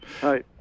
Hi